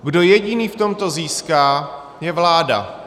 Kdo jediný v tomto získá, je vláda.